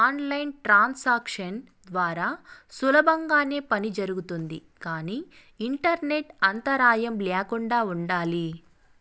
on line transactions ద్వారా సులభంగానే పని జరుగుతుంది కానీ ఇంటర్నెట్ అంతరాయం ల్యాకుండా ఉండాలి